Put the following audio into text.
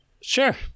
Sure